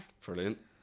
brilliant